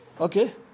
Okay